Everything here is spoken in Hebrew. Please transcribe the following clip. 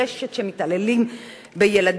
רשת של מתעללים בילדים,